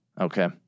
Okay